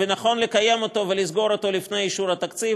ונכון לקיים אותו ולסגור אותו לפני אישור התקציב.